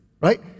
right